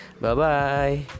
Bye-bye